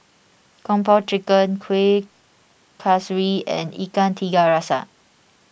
Kung Po Chicken Kuih Kaswi and Ikan Tiga Rasa